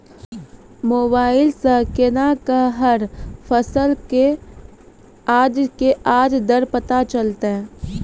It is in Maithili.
मोबाइल सऽ केना कऽ हर फसल कऽ आज के आज दर पता चलतै?